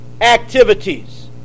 activities